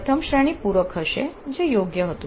પ્રથમ શ્રેણી પૂરક હશે જે યોગ્ય હતું